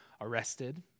arrested